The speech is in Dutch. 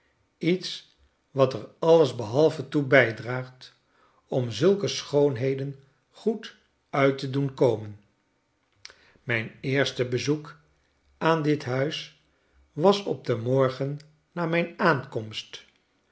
iets wat er alles behalve toe bijdraagt om zulke schoonheden goed uit te doen komen mijn eerste bezoek aan dit huis was op den morgen na mijn aankomst